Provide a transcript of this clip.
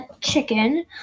chicken